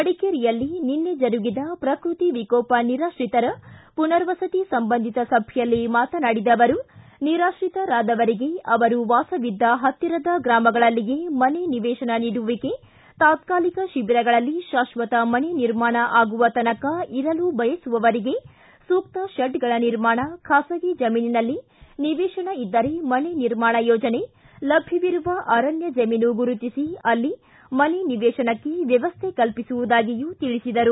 ಮಡಿಕೇರಿಯಲ್ಲಿ ನಿನ್ನೆ ಜರುಗಿದ ಪ್ರಕೃತ್ತಿ ವಿಕೋಪ ನಿರಾತ್ರಿತರ ಪುನರ್ ವಸತಿ ಸಂಬಂಧಿತ ಸಭೆಯಲ್ಲಿ ಮಾತನಾಡಿದ ಅವರು ನಿರಾತ್ರಿತರಾದವರಿಗೆ ಅವರು ವಾಸವಿದ್ದ ಪತ್ತಿರದ ಗ್ರಾಮಗಳಲ್ಲಿಯೇ ಮನೆ ನಿವೇಶನ ನೀಡುವಿಕೆ ತಾತ್ಕಾಲಿಕ ಶಿಬಿರಗಳಲ್ಲಿ ಶಾಶ್ವತ ಮನೆ ನಿರ್ಮಾಣ ಆಗುವ ತನಕ ಇರಲು ಬಯಸುವವರಿಗೆ ಸೂಕ್ತ ಶೆಡ್ಗಳ ನಿರ್ಮಾಣ ಖಾಸಗಿ ಜಮೀನಿನಲ್ಲಿ ನಿವೇಶನ ಇದ್ದರೆ ಮನೆ ನಿರ್ಮಾಣ ಯೋಜನೆ ಲಭ್ಯವಿರುವ ಅರಣ್ಯ ಜಮೀನು ಗುರುತಿಸಿ ಅಲ್ಲಿ ಮನೆ ನಿವೇಶನಕ್ಕೆ ವ್ಯವಸ್ಥೆ ಕಲ್ಪಿಸುವುದಾಗಿಯೂ ತಿಳಿಸಿದರು